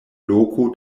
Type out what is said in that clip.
loko